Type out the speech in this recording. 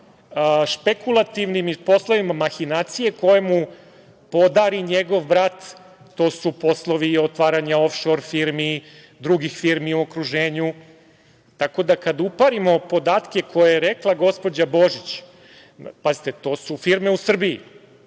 špekulativnim i poslovima mahinacije koje mu podari njegov brat, to su poslovi ofšor otvaranja firmi, drugih firmi u okruženju. Tako da kad uparimo podatke koje je rekla gospođa Božić, pazite, to su firme u Srbiji,